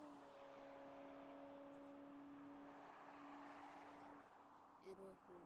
Rohu